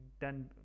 done